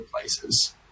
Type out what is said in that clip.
places